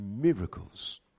miracles